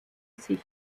sich